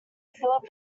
philip